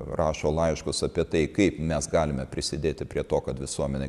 rašo laiškus apie tai kaip mes galime prisidėti prie to kad visuomenė